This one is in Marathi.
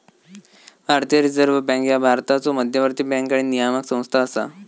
भारतीय रिझर्व्ह बँक ह्या भारताचो मध्यवर्ती बँक आणि नियामक संस्था असा